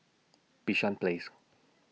Bishan Place